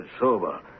sober